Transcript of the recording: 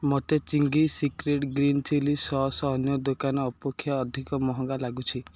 ମୋତେ Ching's secret green chilli sauce ଅନ୍ୟ ଦୋକାନ ଅପେକ୍ଷା ଅଧିକ ମହଙ୍ଗା ଲାଗୁଛି